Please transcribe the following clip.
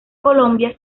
colombia